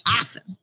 Awesome